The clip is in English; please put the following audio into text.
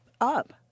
up